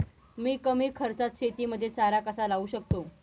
मी कमी खर्चात शेतीमध्ये चारा कसा लावू शकतो?